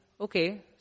okay